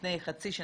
לפני חצי שנה,